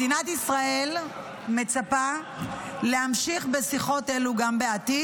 מדינת ישראל מצפה להמשיך בשיחות אלו גם בעתיד.